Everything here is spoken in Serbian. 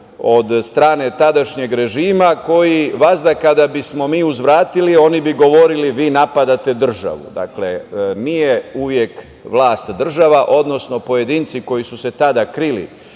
od strane tadašnjeg režima koji vazda kada bismo mi uzvratili, oni bi govorili – vi napadate državu. Dakle, nije uvek vlast država, odnosno pojedinci koji su se tada krili